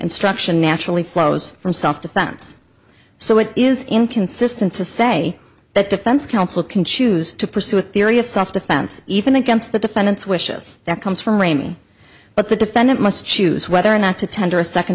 instruction naturally flows from self defense so it is inconsistent to say that defense counsel can choose to pursue a theory of self defense even against the defendant's wishes that comes from amy but the defendant must choose whether or not to tender a second